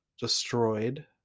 destroyed